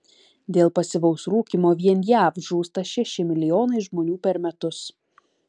dėl pasyvaus rūkymo vien jav žūsta šeši milijonai žmonių per metus